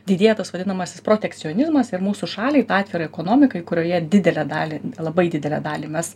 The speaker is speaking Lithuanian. didėja tas vadinamasis protekcionizmas ir mūsų šaliai tą atvirai ekonomikai kurioje didelę dalį labai didelę dalį mes